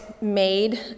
made